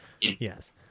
Yes